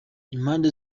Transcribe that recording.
impande